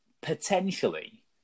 potentially